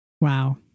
Wow